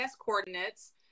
coordinates